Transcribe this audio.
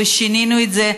ושינינו את זה,